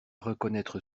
reconnaître